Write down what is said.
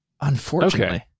Unfortunately